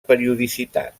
periodicitat